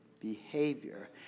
behavior